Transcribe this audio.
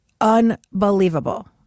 unbelievable